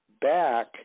back